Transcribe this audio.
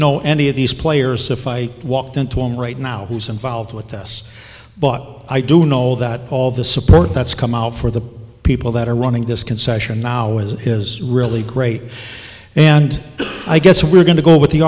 know any of these players if i walked into one right now who's involved with this but i do know that all the support that's come out for the people that are running this concession now is is really great and i guess we're going to go with the